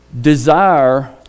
desire